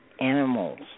animals